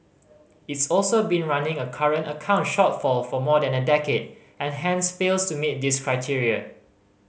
it's also been running a current account shortfall for more than a decade and hence fails to meet this criteria